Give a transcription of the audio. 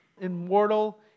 immortal